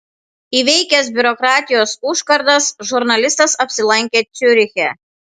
įveikęs biurokratijos užkardas žurnalistas apsilankė ciuriche